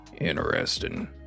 Interesting